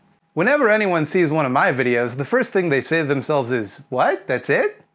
whenever anyone sees one of my videos, the first thing they save themselves is what that's it?